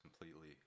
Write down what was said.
completely